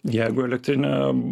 jeigu elektrinė